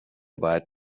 باید